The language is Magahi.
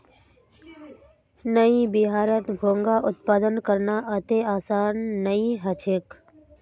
नइ बिहारत घोंघा उत्पादन करना अत्ते आसान नइ ह छेक